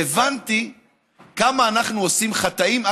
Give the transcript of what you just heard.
והבנתי כמה אנחנו עושים חטאים,